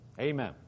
Amen